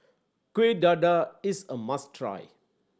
Kueh Dadar is a must try